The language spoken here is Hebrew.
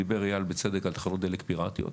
דיבר אייל בצד על תחנות דלק פיראטיות,